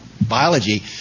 biology